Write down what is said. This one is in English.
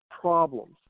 problems